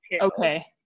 Okay